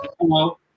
Hello